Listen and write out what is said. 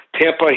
Tampa